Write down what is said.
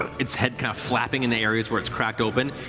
its head kind of flapping in the areas where it's cracked open,